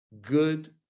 good